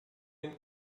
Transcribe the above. woman